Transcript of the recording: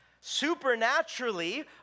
supernaturally